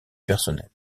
personnel